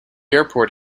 airport